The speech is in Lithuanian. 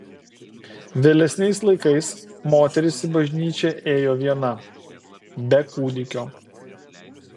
vėlesniais laikais moteris į bažnyčią ėjo viena be kūdikio